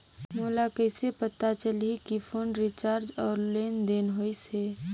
मोला कइसे पता चलही की फोन रिचार्ज और लेनदेन होइस हे?